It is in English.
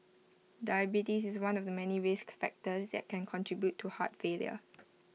diabetes is one of the many risk factors that can contribute to heart failure